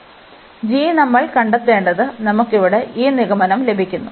g നമ്മൾ കണ്ടെത്തേണ്ടത് നമുക്ക് ഇവിടെ ഈ നിഗമനം ലഭിക്കുന്നു